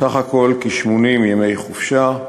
סך הכול כ-80 ימי חופשה,